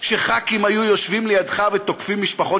שח"כים היו יושבים לידך ותוקפים משפחות